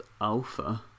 Alpha